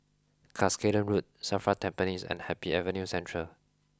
Cuscaden Road Safra Tampines and Happy Avenue Central